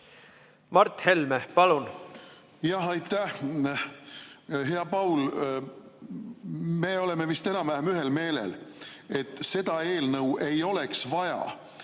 Mart Helme, palun! Aitäh! Hea Paul! Me oleme vist enam-vähem ühel meelel, et seda eelnõu ei oleks vaja,